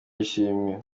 y’ishimwe